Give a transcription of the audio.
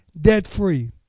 debt-free